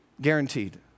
Guaranteed